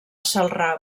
celrà